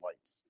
lights